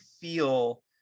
feel